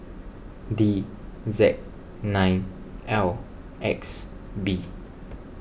D Z nine L X B